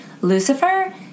Lucifer